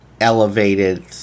elevated